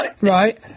Right